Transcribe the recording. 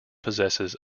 possesses